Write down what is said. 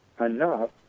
enough